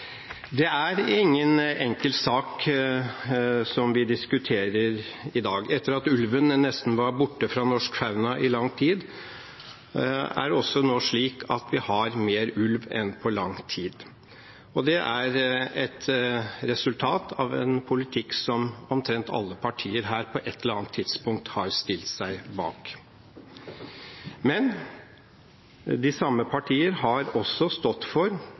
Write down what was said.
Det er ingen enkel sak vi diskuterer i dag. Etter at ulven nesten var borte fra norsk fauna i lang tid, har vi nå mer ulv enn på lenge. Det er et resultat av en politikk som omtrent alle partier her, på et eller annet tidspunkt, har stilt seg bak. Men de samme partier har også stått for,